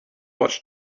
watched